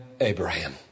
Abraham